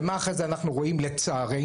ומה אחרי זה אנחנו רואים לצערנו?